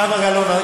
זהבה גלאון,